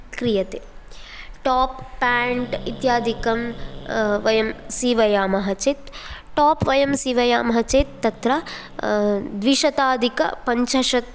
क्रियते टोप पेण्ट् इत्यादिकं वंय सीवयामः चेत् टोप् वयं सीवयामः चेत् तत्र द्विशताधिकपञ्चशत्